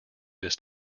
this